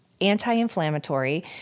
anti-inflammatory